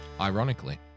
ironically